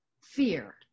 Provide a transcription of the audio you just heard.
fear